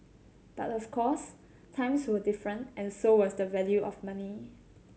but of course times were different and so was the value of money